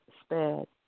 sped